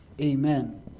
Amen